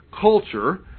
culture